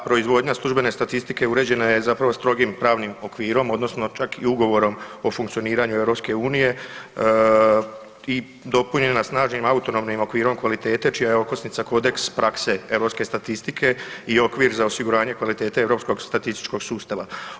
Proizvodnja službene statistike uređena je zapravo strogim pravnim okvirom odnosno čak i ugovorom o funkcioniranju EU i dopunjena snažnim autonomnim okvirom kvalitete čija je okosnica kodeks prakse europske statistike i okvir za osiguranje kvalitete europskog statističkog sustava.